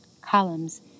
Columns